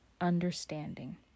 understanding